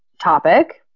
topic